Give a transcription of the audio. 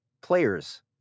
players